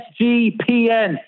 SGPN